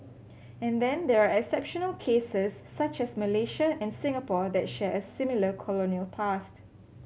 and then there are exceptional cases such as Malaysia and Singapore that share a similar colonial past